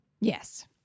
Yes